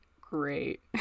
great